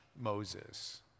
Moses